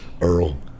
Earl